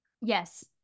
Yes